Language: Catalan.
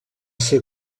ser